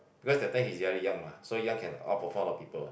because that time he's very young mah so young can outperform a lot of people